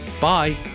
Bye